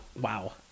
wow